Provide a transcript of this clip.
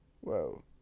Whoa